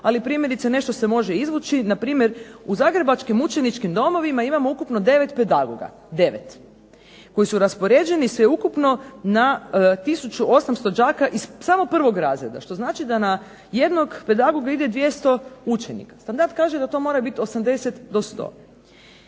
ali ipak nešto se može izvući. Primjerice, u zagrebačkim učeničkim domovima imamo ukupno 9 pedagoga. Koji su raspoređeni sveukupno na 1800 đaka iz samo prvog razreda, što znači da na jednog pedagoga ide 200 učenika. Standard kaže da to mora biti 80 do 100.